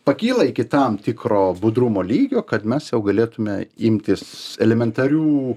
pakyla iki tam tikro budrumo lygio kad mes jau galėtume imtis elementarių